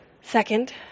Second